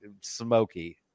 smoky